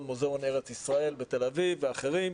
מוזיאון ארץ ישראל בתל אביב ואחרים,